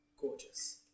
gorgeous